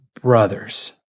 Brothers